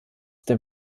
der